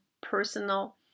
personal